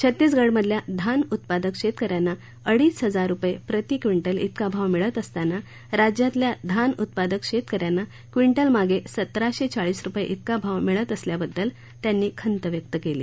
छत्तीसगडमधल्या धान उत्पादक शेतक यांना अडीच हजार रुपये प्रती क्विंटल इतका भाव मिळत असताना राज्यातल्या धान उत्पादक शेतक यांना क्विंटल मागं सतराशे चाळीस रुपये इतका भाव मिळत असल्याबद्दल त्यांनी खंत व्यक्त केली